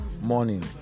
morning